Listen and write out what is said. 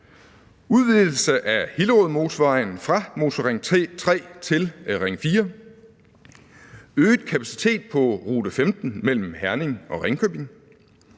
udvidelse af Hillerødmotorvejen fra Motorring 3 til Motorring 4, øget kapacitet på Rute 15 mellem Herning og Ringkøbing,